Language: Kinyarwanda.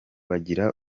bagira